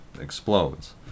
explodes